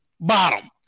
bottom